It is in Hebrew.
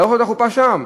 לערוך את החופה שם.